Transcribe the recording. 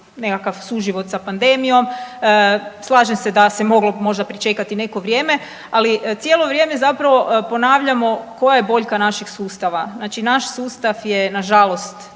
nekakav suživot sa pandemijom, slažem se da se moglo možda pričekati neko vrijeme, ali cijelo vrijeme zapravo ponavljamo koje je boljka našeg sustava? Znači naš sustav je nažalost